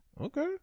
okay